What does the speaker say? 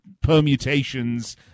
permutations